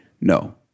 no